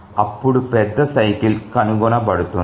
అప్పుడు పెద్ద సైకిల్ కనుగొనబడుతుంది